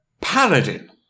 paladin